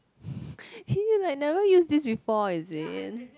you like never use this before is it